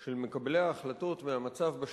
של מקבלי ההחלטות מהמצב בשטח,